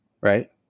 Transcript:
Right